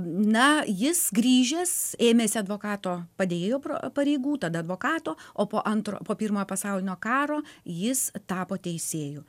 na jis grįžęs ėmėsi advokato padėjėjo pra pareigų tada advokato o po antro po pirmojo pasaulinio karo jis tapo teisėju